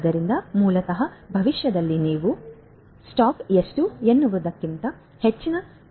ಆದ್ದರಿಂದ ಮೂಲತಃ ಭವಿಷ್ಯದಲ್ಲಿ ನೀವು ಸ್ಟಾಕ್ ಎಷ್ಟು ಎನ್ನುವುದಕ್ಕಿಂತ ಹೆಚ್ಚಿನ ಬೇಡಿಕೆಗಳನ್ನು ಪಡೆಯಲಿದ್ದರೆ